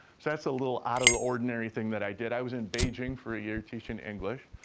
so that's a little out of the ordinary thing that i did. i was in beijing for a year, teaching english.